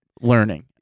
learning